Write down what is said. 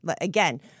Again